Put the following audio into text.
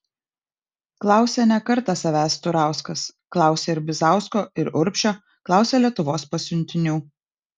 klausė ne kartą savęs turauskas klausė ir bizausko ir urbšio klausė lietuvos pasiuntinių